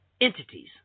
entities